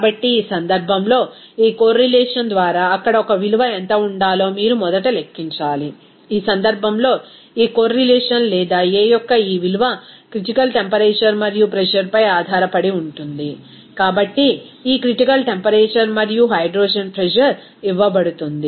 కాబట్టి ఈ సందర్భంలో ఈ కోర్రిలేషన్ ద్వారా అక్కడ ఒక విలువ ఎంత ఉండాలో మీరు మొదట లెక్కించాలి ఈ సందర్భంలో ఈ కోర్రిలేషన్ లేదా a యొక్క ఈ విలువ క్రిటికల్ టెంపరేచర్ మరియు ప్రెజర్ పై ఆధారపడి ఉంటుంది కాబట్టి ఈ క్రిటికల్ టెంపరేచర్ మరియు హైడ్రోజన్ ప్రెజర్ ఇవ్వబడుతుంది